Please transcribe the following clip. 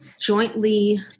jointly